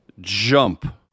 Jump